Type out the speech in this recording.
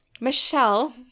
michelle